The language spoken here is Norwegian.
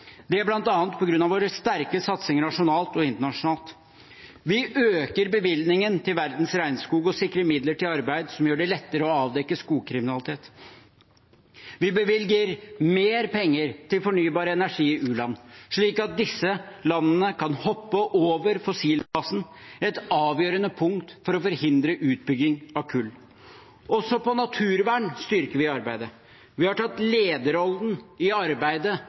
bl.a. på grunn av våre sterke satsinger nasjonalt og internasjonalt. Vi øker bevilgningen til verdens regnskog og sikrer midler til arbeid som gjør det lettere å avdekke skogkriminalitet. Vi bevilger mer penger til fornybar energi i u-land, slik at disse landene kan hoppe over fossilfasen. Det er et avgjørende punkt for å forhindre utbygging av kull. Også på naturvern styrker vi arbeidet. Vi har tatt lederrollen i arbeidet